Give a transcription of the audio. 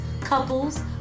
couples